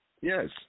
Yes